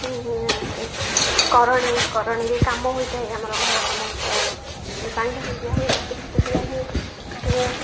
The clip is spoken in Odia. କରଣି କରଣିରେ କାମ ହୋଇଥାଏ ଆମର ଘର କାମ ହୋଇଥାଏ ଆଉ କି ପାଣି ଫାଣି ଦିଆ ହୁଏ ମାଟି ଫାଟି ଦିଆ ହୁଏ କିଏ